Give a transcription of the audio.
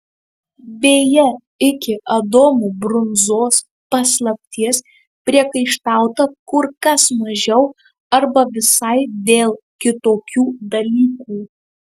beje iki adomo brunzos paslapties priekaištauta kur kas mažiau arba visai dėl kitokių dalykų